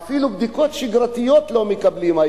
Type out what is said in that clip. אפילו בדיקות שגרתיות הם לא מקבלים,